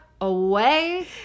away